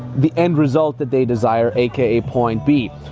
the end result that they desire, aka point b,